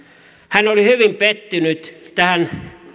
hän oli hyvin pettynyt tähän